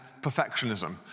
perfectionism